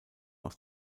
aus